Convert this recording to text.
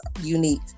unique